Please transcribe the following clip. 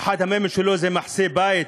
ואחד המ"מים שלו הוא מחסה, בית.